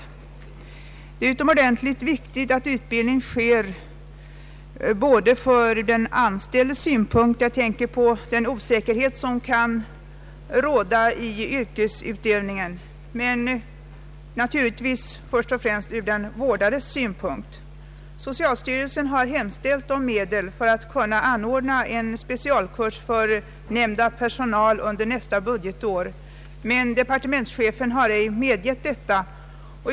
Att utbildning sker är utomordentligt viktigt inte bara ur den anställdes synpunkt — jag tänker på den osäkerhet som kan råda i yrkesutövningen — utan först och främst ur den vårdades synpunkt. Socialstyrelsen har hemställt om medel för att kunna anordna en specialkurs för nämnda personal under nästa budgetår, men departementschefen har inte medgivit detta.